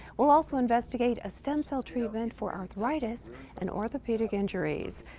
we'll also investigate a stem-cell treatment for arthritis and orthopedic injuries,